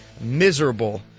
miserable